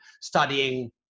studying